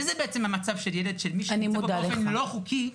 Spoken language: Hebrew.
וזה בעצם המצב של ילד של מישהו שנמצא פה באופן לא חוקי,